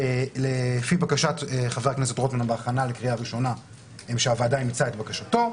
לפי בקשת חבר הכנסת רוטמן בהכנה לקריאה ראשונה שהוועדה אימצה את בקשתו.